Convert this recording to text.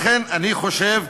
לכן אני חושב,